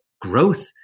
growth